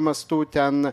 mastu ten